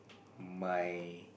my